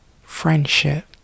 friendship